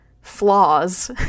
flaws